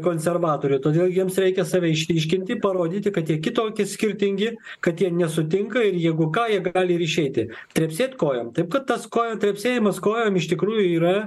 konservatorių todėl jiems reikia save išryškinti parodyti kad jie kitoki skirtingi kad jie nesutinka ir jeigu ką jie gali ir išeiti trepsėt kojom taip kad tas kojom trepsėjimas kojom iš tikrųjų yra